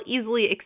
easily